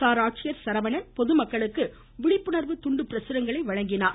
சார்ஆட்சியர் சரவணன் பொதுமக்களுக்கு விழிப்புணர்வு துண்டு பிரசுரங்களை வழங்கினார்